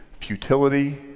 futility